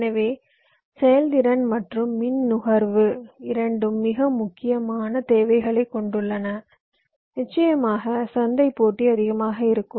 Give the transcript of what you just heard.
எனவே செயல்திறன் மற்றும் மின் நுகர்வு இரண்டும் மிக முக்கியமான தேவைகளைக் கொண்டுள்ளன நிச்சயமாக சந்தை போட்டி அதிகமாக இருக்கும்